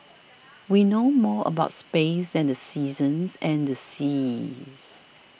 we know more about space than the seasons and the seas